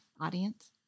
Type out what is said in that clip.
audience